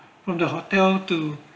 from the hotel to